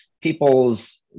People's